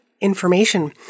information